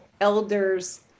elders